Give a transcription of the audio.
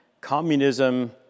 communism